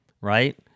right